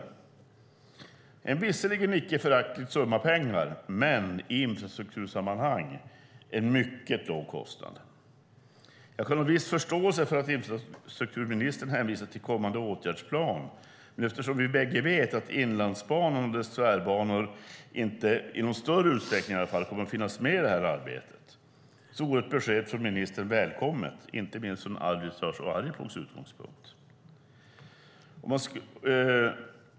Det är visserligen en icke föraktlig summa pengar, men i infrastruktursammanhang är det en mycket låg kostnad. Jag kan ha viss förståelse för att infrastrukturministern hänvisar till kommande åtgärdsplan, men eftersom vi bägge vet att Inlandsbanan och dess tvärbanor inte i någon större utsträckning kommer att finnas med i det här arbetet vore ett besked från ministern välkommet, inte minst från Arvidsjaurs och Arjeplogs utgångspunkt.